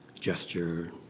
gesture